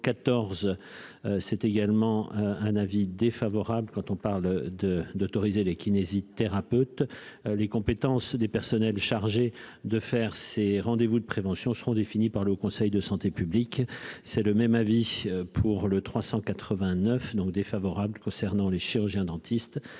c'est également un avis défavorable, quand on parle de d'autoriser les kinésithérapeutes, les compétences des personnels chargés de faire ses rendez-vous de prévention seront définies par le Haut Conseil de santé publique, c'est le même avis pour le 389 donc défavorable concernant les chirurgiens dentistes